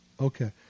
okay